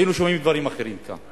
היינו שומעים דברים אחרים כאן.